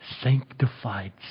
sanctified